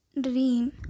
dream